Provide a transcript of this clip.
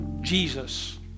Jesus